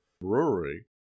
Brewery